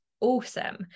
awesome